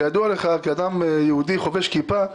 כידוע לך כאדם יהודי חובש כיפה,